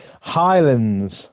Highlands